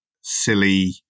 silly